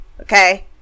Okay